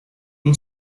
اون